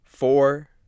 four